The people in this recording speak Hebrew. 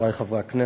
חברי חברי הכנסת,